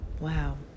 Wow